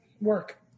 work